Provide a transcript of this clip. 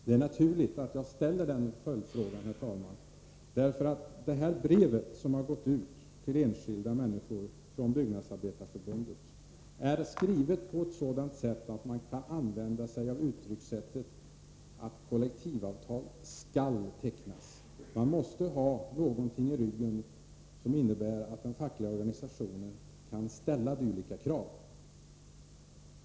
Det är naturligt att jag ställer denna följdfråga, herr talman, därför att det brev som gått ut till enskilda människor från Byggnadsarbetareförbundet är skrivet på ett sådant vis att det går att använda sig av uttryckssättet att kollektivavtal skall tecknas. Man måste ha någonting i ryggen som innebär att den fackliga organisationen kan ställa dylika krav.